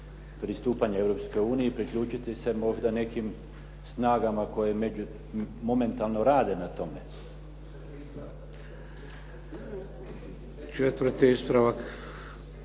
pristupanje Europskoj uniji, priključiti se možda nekim snagama koje momentalno rade na tome. **Šeks,